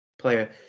Player